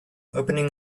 opening